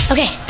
Okay